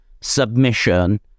submission